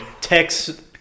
text